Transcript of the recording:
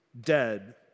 dead